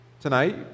Tonight